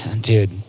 Dude